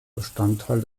bestandteil